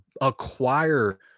acquire